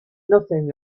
nothing